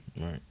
Right